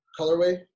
colorway